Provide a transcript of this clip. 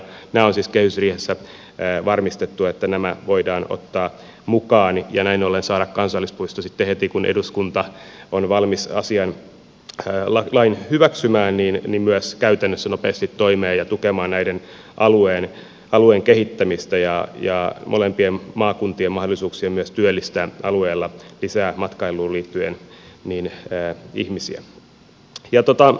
kehysriihessä on siis varmistettu että nämä voidaan ottaa mukaan ja näin ollen saada kansallispuisto heti kun eduskunta on valmis lain hyväksymään käytännössä nopeasti toimeen ja tukemaan alueen kehittämistä ja molempien maakuntien mahdollisuuksia myös työllistää alueella lisää matkailuun liittyen ihmisiä